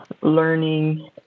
learning